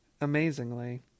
Amazingly